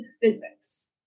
physics